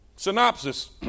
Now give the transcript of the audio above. Synopsis